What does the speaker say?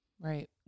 right